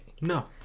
No